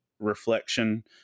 reflection